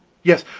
yes,